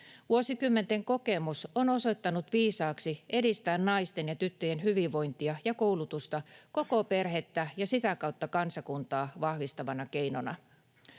Vuosikymmenten kokemus on osoittanut viisaaksi edistää naisten ja tyttöjen hyvinvointia ja koulutusta koko perhettä ja sitä kautta kansakuntaa vahvistavana keinona.